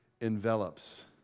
envelops